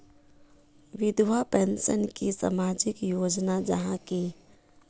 विधवा पेंशन की सामाजिक योजना जाहा की?